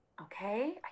okay